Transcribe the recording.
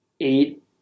eight